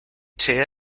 tier